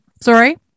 Sorry